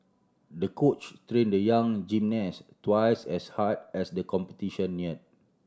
the coach train the young gymnast twice as hard as the competition near